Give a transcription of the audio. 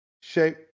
shape